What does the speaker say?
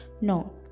No